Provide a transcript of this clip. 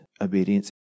obedience